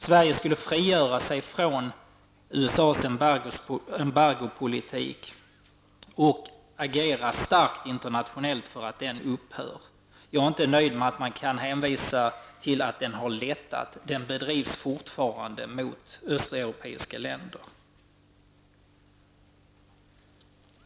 Sverige borde frigöra sig från USAs embargopolitik och internationellt agera starkt för att den upphör. Jag är inte nöjd med hänvisningen till att den har lättat. Den förs fortfarande mot östeuropeiska länder.